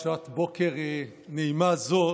בשעת בוקר נעימה זו,